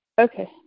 Okay